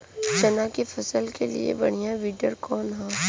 चना के फसल के लिए बढ़ियां विडर कवन ह?